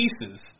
pieces